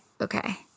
okay